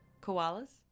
koalas